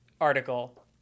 article